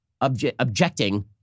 objecting